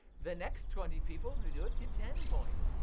the next twenty people who do it get ten points.